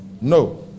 No